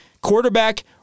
quarterback